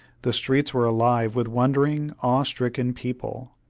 the streets were alive with wondering, awe-stricken people.